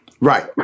Right